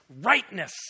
rightness